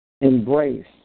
embrace